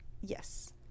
Yes